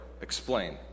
explain